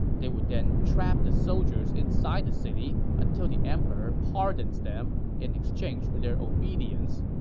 they would then trap the soldiers inside the city until the emperor pardons them in exchange for their obedience.